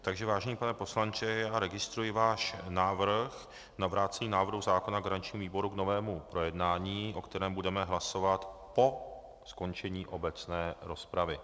Takže vážený pane poslanče, já registruji váš návrh na vrácení návrhu zákona garančnímu výboru k novému projednání, o kterém budeme hlasovat po ukončení obecné rozpravy.